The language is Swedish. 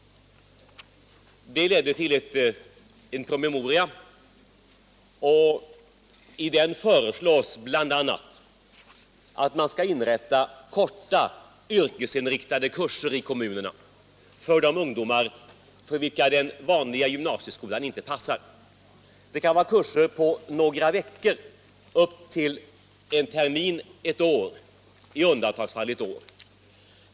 Detta ledde till en promemoria, och i den föreslås bl.a. att man skall inrätta korta, yrkesinriktade kurser i kommunerna för de ungdomar för vilka den vanliga gymnasieskolan inte passar. Det kan vara kurser på några veckor upp till en termin eller i undantagsfall ett år.